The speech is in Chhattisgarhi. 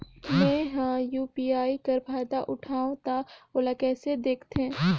मैं ह यू.पी.आई कर फायदा उठाहा ता ओला कइसे दखथे?